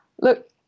Look